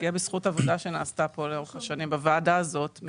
הגיע בזכות עבודה שנעשתה כאן בוועדה הזאת לאורך השנים.